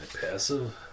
passive